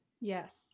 Yes